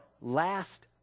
last